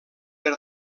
per